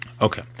Okay